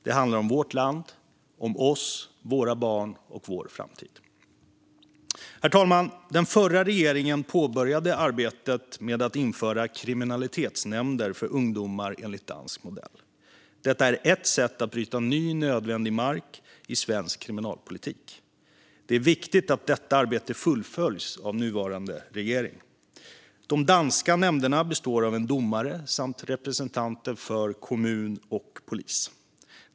Det handlar om vårt land, om oss, våra barn och vår framtid. Herr talman! Den förra regeringen påbörjade arbetet med att införa kriminalitetsnämnder för ungdomar enligt dansk modell. Det är ett sätt att bryta ny, nödvändig mark i svensk kriminalpolitik. Det är viktigt att detta arbete fullföljs av nuvarande regering. De danska nämnderna består av en domare samt representanter för polis och kommun.